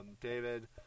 David